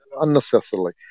unnecessarily